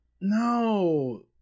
No